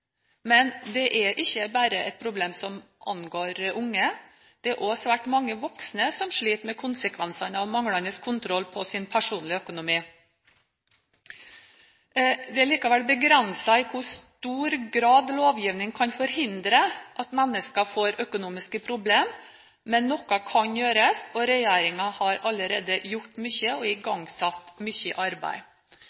Men dette er ikke bare et problem som angår unge: Det er også svært mange voksne som sliter med konsekvensene av manglende kontroll med sin personlige økonomi. Det er likevel begrenset i hvor stor grad lovgivningen kan forhindre at mennesker får økonomiske problemer, men noe kan gjøres, og regjeringen har allerede gjort mye og